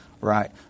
right